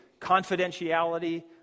confidentiality